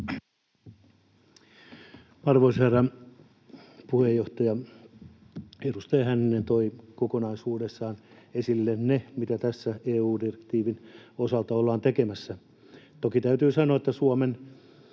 Arvoisa herra puheenjohtaja! Edustaja Hänninen toi kokonaisuudessaan esille sen, mitä tässä EU-direktiivin osalta ollaan tekemässä. Toki täytyy sanoa, että Suomen